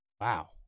Wow